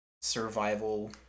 survival